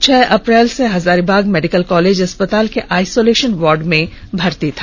छह अप्रैल से Hazaribagh medical college अस्पताल के आईसोलेषन वार्ड में भर्ती था